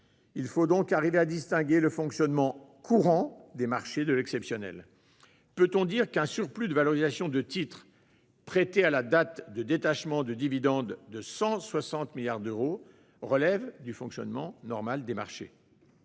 Il faut donc arriver à distinguer ce qui relève du fonctionnement courant des marchés de ce qui relève de l'exceptionnel. Peut-on dire qu'un surplus de valorisation de titres prêtés à la date de détachement de dividendes de 160 milliards d'euros relève du fonctionnement normal des marchés ?